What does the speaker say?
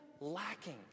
lacking